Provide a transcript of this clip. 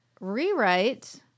Rewrite